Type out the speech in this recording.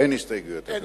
אין הסתייגויות.